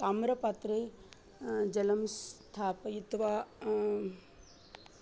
ताम्रपात्रे जलं स्थापयित्वा